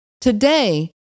Today